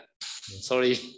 sorry